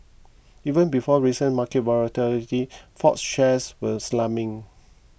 even before recent market volatility Ford's shares were slumping